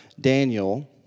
Daniel